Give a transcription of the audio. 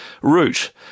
route